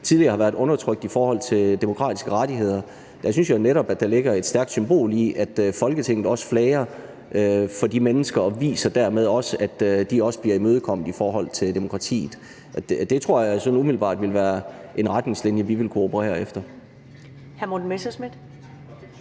tidligere har været undertrykt i forhold til demokratiske rettigheder. Jeg synes jo netop, at der ligger et stærkt symbol i, at Folketinget også flager for de mennesker og derved også viser, at de bliver imødekommet i forhold til demokratiet. Det tror jeg sådan umiddelbart ville være en retningslinje, vi ville kunne operere efter.